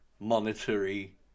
monetary